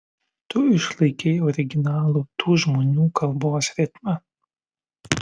tu išlaikei originalų tų žmonių kalbos ritmą